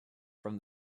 from